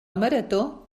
marató